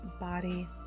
body